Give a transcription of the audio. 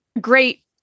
great